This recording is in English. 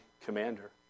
commander